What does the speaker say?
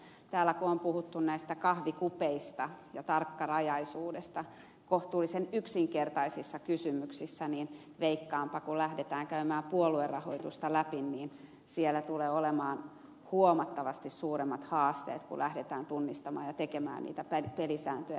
kun täällä on puhuttu näistä kahvikupeista ja tarkkarajaisuudesta kohtuullisen yksinkertaisissa kysymyksissä niin veikkaanpa että kun lähdetään käymään puoluerahoitusta läpi niin siellä tulee olemaan huomattavasti suuremmat haasteet kun lähdetään tunnistamaan ja tekemään niitä pelisääntöjä